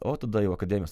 o tada jau akademijos